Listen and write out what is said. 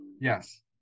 Yes